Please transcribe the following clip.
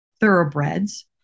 thoroughbreds